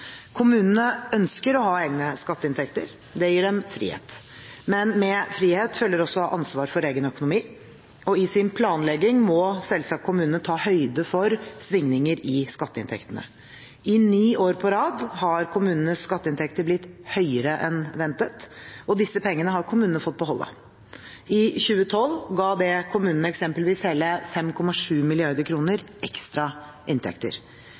Kommunene ønsker å ha egne skatteinntekter, det gir dem frihet, men med frihet følger også ansvar for egen økonomi, og i sin planlegging må selvsagt kommunene ta høyde for svingninger i skatteinntektene. I ni år på rad har kommunenes skatteinntekter blitt høyere enn ventet, og disse pengene har kommunene fått beholde. I 2012 ga det kommunene eksempelvis hele 5,7 mrd. kr ekstra inntekter.